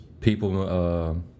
people